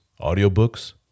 audiobooks